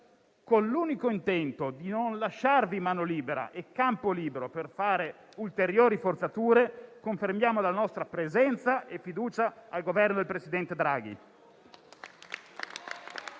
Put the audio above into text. con l'unico intento di non lasciarvi mano libera e campo libero per fare ulteriori forzature, confermiamo la nostra presenza e fiducia al Governo del presidente Draghi.